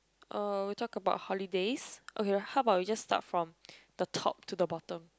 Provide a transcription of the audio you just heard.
uh we talk about holidays okay how about we just start from the top to the bottom